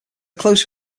close